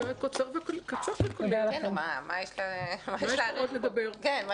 הישיבה ננעלה בשעה 09:45.